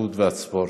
התרבות והספורט.